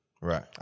Right